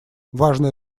важное